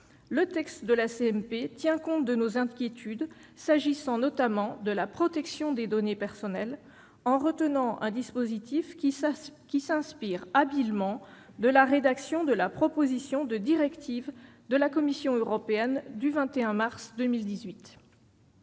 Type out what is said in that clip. des utilisateurs, il tient compte de nos inquiétudes, s'agissant notamment de la protection des données personnelles, en retenant un dispositif qui s'inspire habilement de la rédaction de la proposition de directive de la Commission européenne du 21 mars 2018.